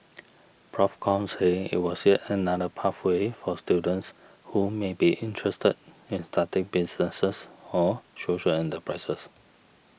Prof Kong said it was yet another pathway for students who may be interested in starting businesses or social enterprises